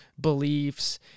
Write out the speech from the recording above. beliefs